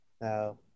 Now